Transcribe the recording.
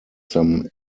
some